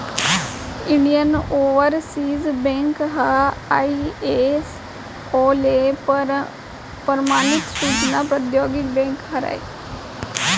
Indian Overseas Bank ह ISO ले परमानित सूचना प्रौद्योगिकी बेंक हरय